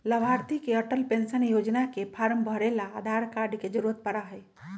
लाभार्थी के अटल पेन्शन योजना के फार्म भरे ला आधार कार्ड के जरूरत पड़ा हई